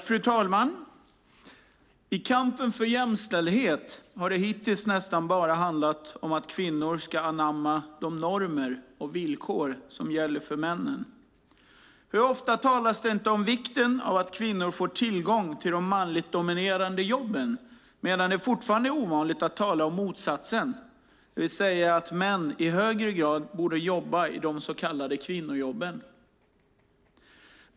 Fru talman! I kampen för jämställdhet har det hittills nästan bara handlat om att kvinnor ska anamma de normer och villkor som gäller för männen. Hur ofta talas det inte om vikten av att kvinnor får tillgång till de manligt dominerade jobben, medan det fortfarande är ovanligt att tala om motsatsen, det vill säga att män i högre grad borde jobba i de så kallade kvinnojobben?